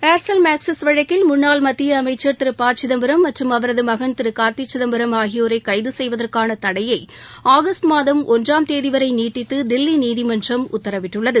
Aircel Maxis வழக்கில் முன்னாள் மத்திய அமைச்சர் திரு ப சிதம்பரம் மற்றும் அவரது மகன் திரு னா்த்தி சிதம்பரம் ஆகியோனர கைது செய்வதற்கான தடையை ஆகஸ்ட் ஒன்றாம் தேதி வரை நீட்டித்து தில்லி நீதிமன்றம் உத்தரவிட்டுள்ளது